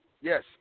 Yes